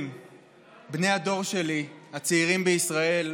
בני הדור שלי, הצעירים בישראל,